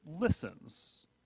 listens